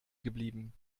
geblieben